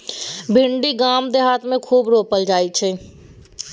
भिंडी गाम देहात मे खूब रोपल जाई छै